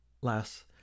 less